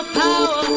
power